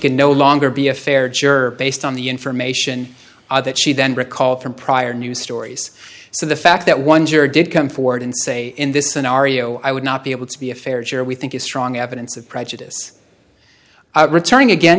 could no longer be a fair juror based on the information that she then recall from prior news stories so the fact that one juror did come forward and say in this scenario i would not be able to be a fair jury we think is strong evidence of prejudice returning again